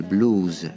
Blues